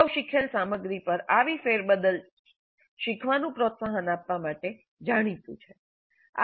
અગાઉ શીખેલ સામગ્રી પર આવી ફેરબદલ શીખવાનું પ્રોત્સાહન આપવા માટે જાણીતું છે